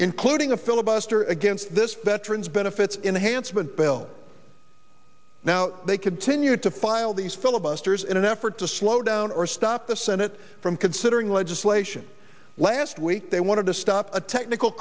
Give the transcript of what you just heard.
including a filibuster against this veterans benefits enhanced but bill now they continued to file these filibusters in an effort to slow down or stop the senate from considering legislation last week they wanted to stop a technical